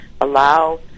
allow